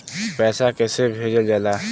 पैसा कैसे भेजल जाला?